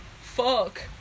Fuck